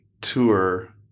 tour